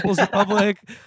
Republic